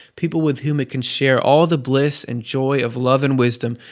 people with whom it can share all the bliss and joy of love and wisdom,